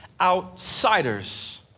outsiders